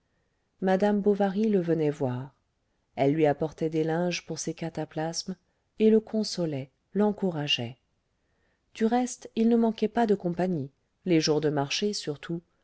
madame bovary le venait voir elle lui apportait des linges pour ses cataplasmes et le consolait l'encourageait du reste il ne manquait pas de compagnie les jours de marché surtout